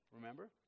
remember